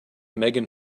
megan